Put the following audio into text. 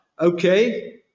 okay